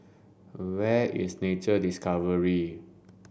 where is Nature Discovery